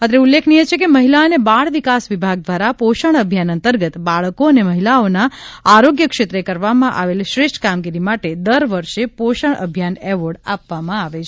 અત્રે ઉલ્લેખનીય છે કે મહિલા અને બાળ વિકાસ વિભાગ દ્વારા પોષણ અભિયાન અંતર્ગત બાળકો અને મહિલાઓના આરોગ્યક્ષેત્રે કરવામાં આવેલ શ્રેષ્ઠ કામગીરી માટે દર વર્ષે પોષણ અભિયાન એવોર્ડ આપવામાં આવે છે